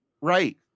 Right